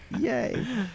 yay